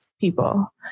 people